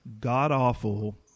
god-awful